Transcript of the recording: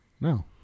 No